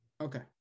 okay